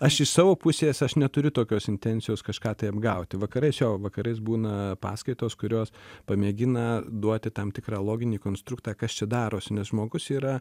aš iš savo pusės aš neturiu tokios intencijos kažką tai apgauti vakarais o vakarais būna paskaitos kurios pamėgina duoti tam tikrą loginį konstruktą kas čia darosi nes žmogus yra